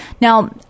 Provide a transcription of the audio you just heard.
Now